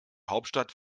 hauptstadt